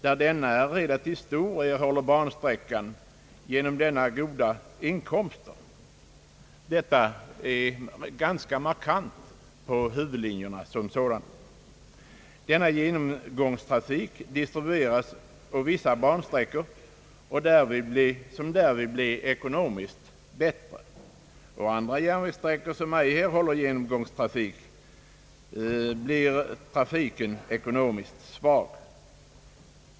Där den genomgående trafiken är relativt stor erhåller bansträckan goda inkomster. Detta är ganska markant på huvydlinjerna. Denna genomgångstrafik distribueras på vissa bansträckor, som därvid blir mera lönsamma. Andra järnvägssträckor, som ej har någon genomgångstrafik, blir ekonomiskt svaga.